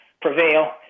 prevail